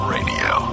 Radio